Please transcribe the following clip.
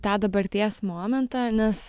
tą dabarties momentą nes